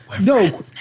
No